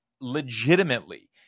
legitimately